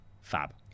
fab